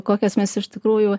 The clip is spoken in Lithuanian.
kokios mes iš tikrųjų